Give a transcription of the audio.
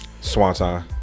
swanton